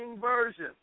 version